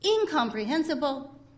incomprehensible